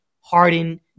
Harden